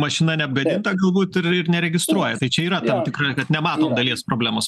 mašina neapgadinta galbūt ir ir neregistruoja tai čia yra tam tikra kad nematom dalies problemos